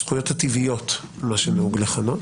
הזכויות הטבעיות, מה שנהוג לכנות,